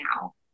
now